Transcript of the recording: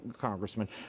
Congressman